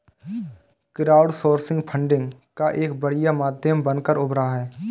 crowdsourcing funding का एक बढ़िया माध्यम बनकर उभरा है